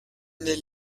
n’est